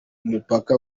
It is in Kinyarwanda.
umupaka